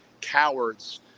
cowards